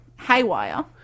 haywire